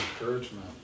encouragement